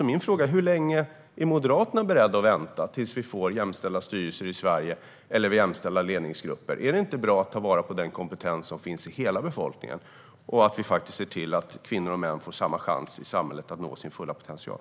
Min fråga blir då: Hur länge är Moderaterna beredda att vänta på att vi får jämställda styrelser och jämställda ledningsgrupper i Sverige? Är det inte bra att ta vara på den kompetens som finns i hela befolkningen och att faktiskt se till att kvinnor och män får samma chans i samhället att nå sin fulla potential?